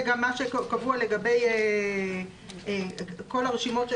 זה גם מה שקבוע לגבי כל הרשימות של